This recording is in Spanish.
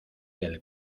del